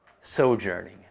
Sojourning